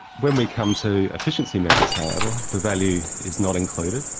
when we come to efficiency measures, however, the value is not included,